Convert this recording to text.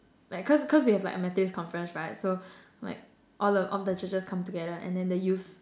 like cause cause they have like a Methodist conference right so like all of the churches come together and then the youths